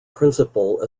principle